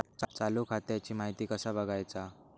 चालू खात्याची माहिती कसा बगायचा?